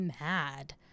mad